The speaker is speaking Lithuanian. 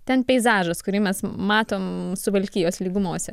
ten peizažas kurį mes matom suvalkijos lygumose